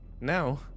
Now